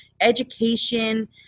education